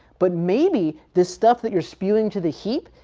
but maybe this stuff that your spewing to the heap,